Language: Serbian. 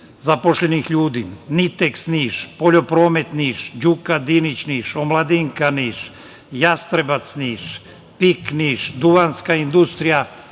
zaposlenih ljudi, „Niteks“ Niš, „Poljopromet“ Niš, „Đuka Dinić“ Niš, „Omladinka“ Niš, „Jastrebac“ Niš, „PIK“ Niš, „Duvanska industrija“,